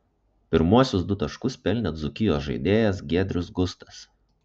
pirmuosius du taškus pelnė dzūkijos žaidėjas giedrius gustas